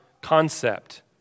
concept